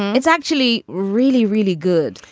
it's actually really really good.